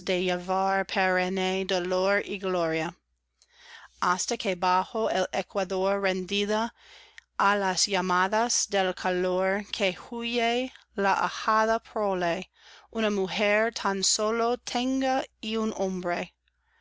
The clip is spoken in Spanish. y gloria hasta que bajo el ecuador rendida á las llamadas del calor que huye la ajada prole una mujer tan solo tenga y un hombre